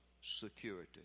security